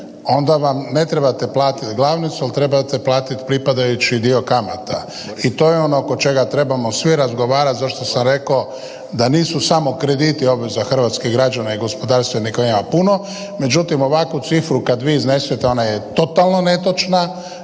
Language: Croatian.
onda vam ne trebate platiti glavnicu, ali trebate platiti pripadajući dio kamata i to je ono oko čega trebamo svi razgovarati zašto sam reko da nisu samo krediti obveza hrvatskih građana i gospodarstvenika kojih ima punom, međutim ovakvu cifru kad vi iznesete ona je totalno netočna